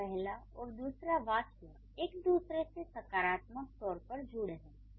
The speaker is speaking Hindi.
यानी पहला और दूसरा वाक्य एक दूसरे से सकारात्मक तौर पर जुड़े हुए हैं